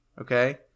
Okay